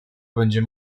będzie